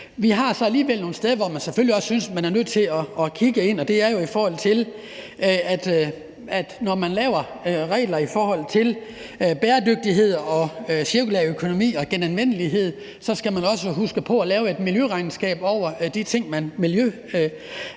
Der er så alligevel nogle ting, som vi selvfølgelig også synes at man er nødt til at kigge på, og det handler om, at når man laver regler i forhold til bæredygtighed, cirkulær økonomi og genanvendelighed, så skal man også huske at lave et miljøregnskab over de ting, man